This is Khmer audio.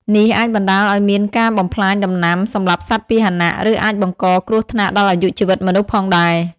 នេះអាចបណ្តាលឱ្យមានការបំផ្លាញដំណាំ សម្លាប់សត្វពាហនៈ ឬអាចបង្កគ្រោះថ្នាក់ដល់អាយុជីវិតមនុស្សផងដែរ។